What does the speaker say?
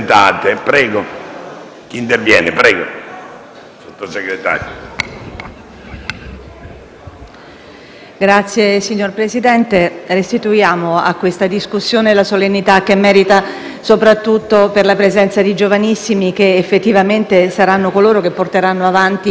Signor Presidente, restituiamo a questa discussione la solennità che merita, soprattutto per la presenza di giovanissimi che, effettivamente, saranno coloro che porteranno avanti i valori che costruiamo insieme qui oggi.